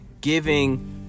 giving